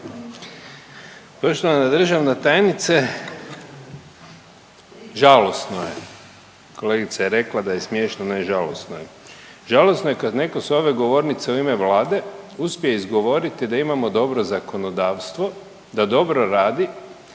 Poštovana državna tajnice, žalosno je, kolegica je rekla da je smiješno, ne žalosno je. Žalosno je kad netko s ove govornice u ime Vlade uspije izgovoriti da imamo dobro zakonodavstvo, da dobro radi